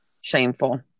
Shameful